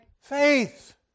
faith